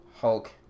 Hulk